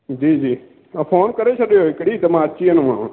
जी जी ऐं फ़ोन करे छॾियो हिकिड़ी त मां अची वेंदोमांव